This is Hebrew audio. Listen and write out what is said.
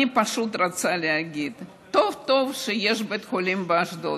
אני פשוט רוצה להגיד שטוב שיש בית חולים באשדוד.